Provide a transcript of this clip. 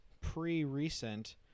pre-recent